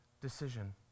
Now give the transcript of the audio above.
decision